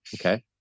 Okay